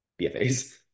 bfas